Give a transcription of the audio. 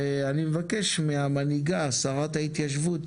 ואני מבקש מהמנהיגה שרת ההתיישבות